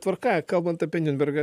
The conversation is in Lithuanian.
tvarka kalbant apie niurnbergą